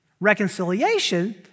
Reconciliation